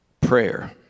Prayer